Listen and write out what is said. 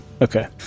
Okay